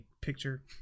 picture